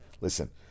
listen